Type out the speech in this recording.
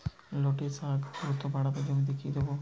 লটে শাখ দ্রুত বাড়াতে জমিতে কি দেবো?